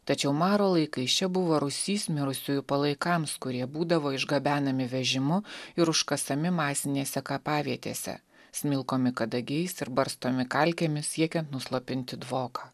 tačiau maro laikais čia buvo rūsys mirusiųjų palaikams kurie būdavo išgabenami vežimu ir užkasami masinėse kapavietėse smilkomi kadagiais ir barstomi kalkėmis siekiant nuslopinti dvoką